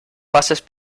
pases